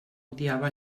odiava